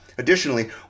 Additionally